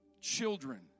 children